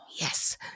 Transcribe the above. Yes